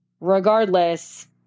regardless